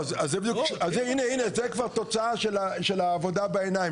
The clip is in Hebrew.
הנה זו כבר תוצאה של העבודה בעיניים,